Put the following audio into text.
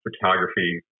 photography